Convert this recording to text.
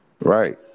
Right